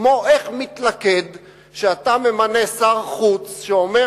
כמו איך מתלכד שאתה ממנה שר חוץ שאומר